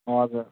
हजुर